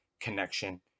connection